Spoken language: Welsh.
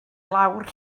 lawr